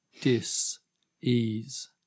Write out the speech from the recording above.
Dis-ease